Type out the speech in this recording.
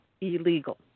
illegal